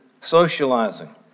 socializing